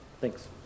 Thanks